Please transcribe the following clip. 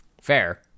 Fair